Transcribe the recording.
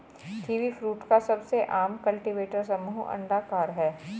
kiwifruit का सबसे आम कल्टीवेटर समूह अंडाकार है